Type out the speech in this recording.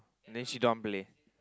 then she don't want to play